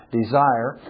desire